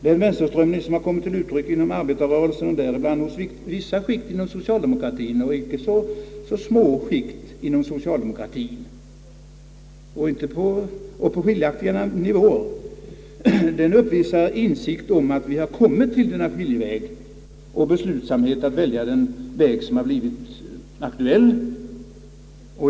Den vänsterströmning som kommit till uttryck i valet och däribland hos vissa skikt inom socialdemokratien, inte så små skikt inom socialdemokratien, och på skiljaktiga nivåer, uppvisar insikt om att vi har kommit till denna skiljeväg och till beslutsamhet att välja den väg som blivit aktuell.